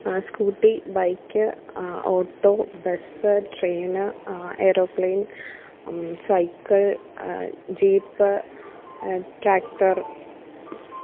scooty bike auto bus train aeroplane cycle jeep tractor